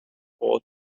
old